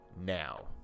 now